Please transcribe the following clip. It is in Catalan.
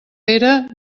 pere